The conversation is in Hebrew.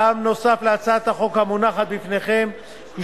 טעם נוסף להצעת החוק המונחת בפניכם הוא